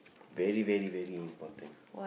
very very very important